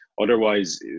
otherwise